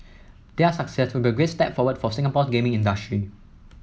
their success would be a great step forward for Singapore's gaming industry